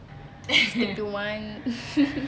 stick to one